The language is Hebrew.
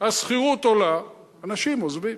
השכירות עולה, אנשים עוזבים.